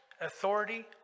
authority